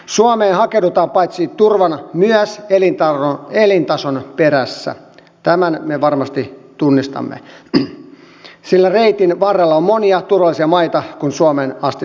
suomeen hakeudutaan paitsi turvan myös elintason perässä tämän me varmasti tunnistamme sillä reitin varrella on monia turvallisia maita kun suomeen asti saavutaan